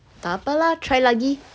tak apa lah try lagi